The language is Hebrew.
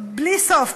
בלי סוף,